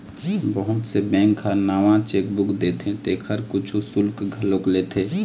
बहुत से बेंक ह नवा चेकबूक देथे तेखर कुछ सुल्क घलोक लेथे